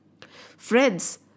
friends